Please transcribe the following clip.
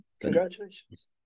congratulations